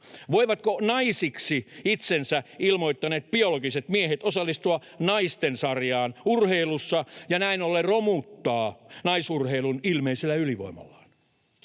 Voivatko naisiksi itsensä ilmoittaneet biologiset miehet osallistua naisten sarjaan urheilussa ja näin ollen romuttaa naisurheilun ilmeisellä ylivoimallaan?